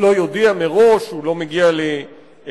לא יודיע מראש שהוא לא מגיע לביקור,